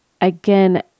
again